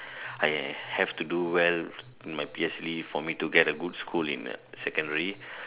I I have to do well in my P_S_L_E for me to get a good school in a secondary